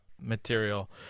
material